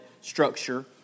structure